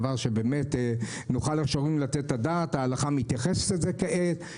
נוכל לתת את הדעת, ההלכה מתייחסת לזה כעת.